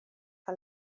que